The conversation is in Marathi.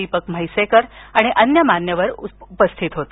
दीपक म्हैसेकर आणि अन्य मान्यवर उपस्थित होते